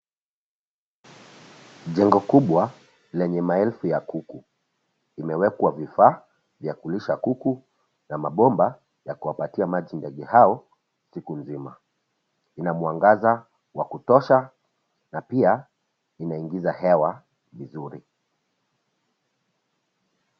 Jengo kubwa, lenye maelfu ya kuku, imewekwa vifaa vya kulisha kuku, na mabomba ya kuwapatia maji ndege hao, siku nzima. Inamwangaza wa kutosha, na pia inaingiza hewa vizuri.